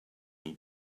eat